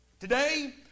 Today